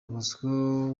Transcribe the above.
bosco